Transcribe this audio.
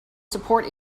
support